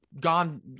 gone